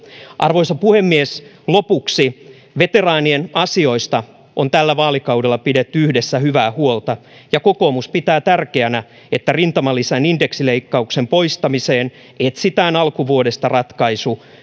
arvoisa puhemies lopuksi veteraanien asioista on tällä vaalikaudella pidetty yhdessä hyvää huolta ja kokoomus pitää tärkeänä että rintamalisän indeksileikkauksen poistamiseen etsitään alkuvuodesta ratkaisu